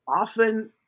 often